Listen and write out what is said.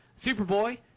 Superboy